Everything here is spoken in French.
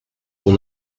pour